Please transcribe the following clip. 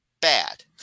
Bad